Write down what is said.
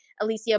Alicia